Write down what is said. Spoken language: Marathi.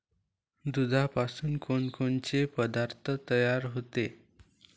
दुधापासून कोनकोनचे पदार्थ तयार होते?